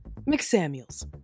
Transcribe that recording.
McSamuels